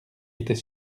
était